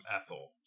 Ethel